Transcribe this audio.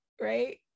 Right